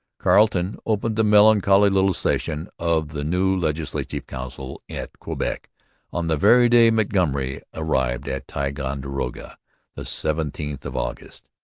carleton opened the melancholy little session of the new legislative council at quebec on the very day montgomery arrived at ticonderoga the seventeenth of august.